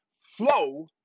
flow